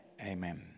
amen